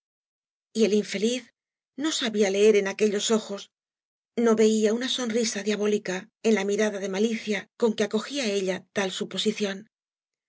y ei infeliz no sabía leer en aquellos ojos no veía una sonrisa diabólica en la mirada de malicia coa que acogía ella tal suposición